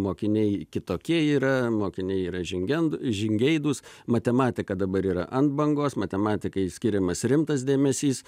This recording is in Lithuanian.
mokiniai kitokie yra mokiniai yra žingend žingeidūs matematika dabar yra ant bangos matematikai skiriamas rimtas dėmesys